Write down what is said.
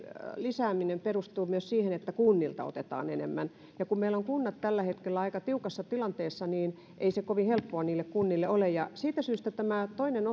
lisääminen perustuu myös siihen että kunnilta otetaan enemmän ja kun meillä ovat kunnat tällä hetkellä aika tiukassa tilanteessa niin ei se kovin helppoa niille kunnille ole siitä syystä tämä toinen